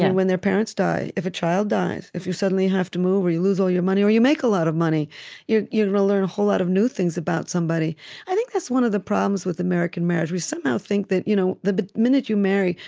and when their parents die, if a child dies, if you suddenly have to move, or you lose all your money, or you make a lot of money you're going to learn a whole lot of new things about somebody i think that's one of the problems with american marriage. we somehow think that you know the minute you marry,